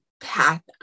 path